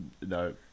No